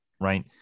right